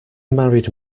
married